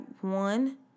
one